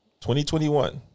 2021